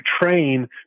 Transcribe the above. train